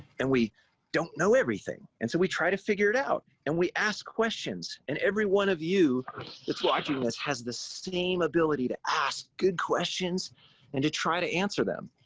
and we don't know everything. and so we try to figure it out and we ask questions. and every one of you that's watching this has the same ability to ask good questions and to try to answer them.